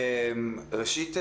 ראשית,